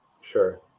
Sure